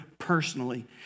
Personally